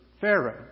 Pharaoh